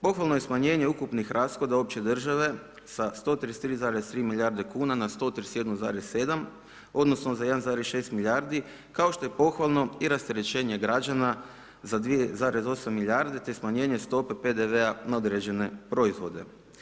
Pohvalno je smanjenje ukupnih rashoda opće države sa 133,3 milijarde kuna na 131,7 odnosno za 1,6 milijardi kao što je pohvalno i rasterećenje građana za 2,8 milijarde te smanjenje stope PDV-a na određene proizvode.